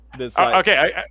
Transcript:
Okay